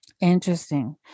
Interesting